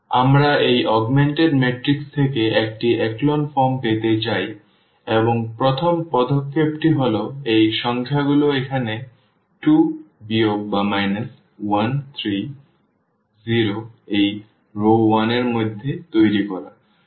আমরা এই augmented matrix থেকে একটি echelon form পেতে চাই এবং প্রথম পদক্ষেপটি হল এই সংখ্যাগুলি এখানে 2 বিয়োগ 1 3 0 এই রও 1 এর মধ্যে তৈরি করা